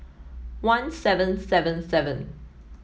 one seven seven seven